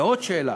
ועוד שאלה: